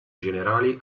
generali